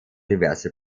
diverse